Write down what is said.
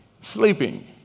sleeping